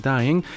Dying